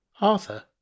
Arthur